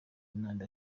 n’andi